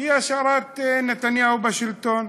היא השארת נתניהו בשלטון.